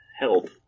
help